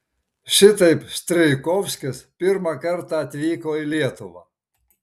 šitaip strijkovskis pirmą kartą atvyko į lietuvą